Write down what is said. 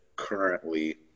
currently